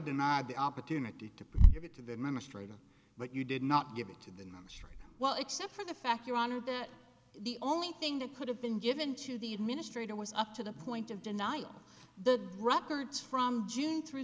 denied the opportunity to give it to the administrators but you did not give it to them straight well except for the fact your honor that the only thing that could have been given to the administrator was up to the point of denial the records from june t